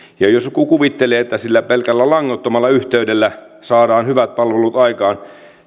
ja jos joku kuvittelee että sillä pelkällä langattomalla yhteydellä saadaan hyvät palvelut aikaan